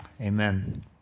Amen